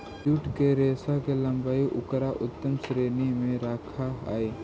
jute के रेशा के लम्बाई उकरा उत्तम श्रेणी में रखऽ हई